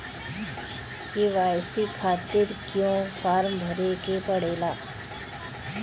KYC खातिर क्यूं form भरे के पड़ेला?